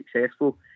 successful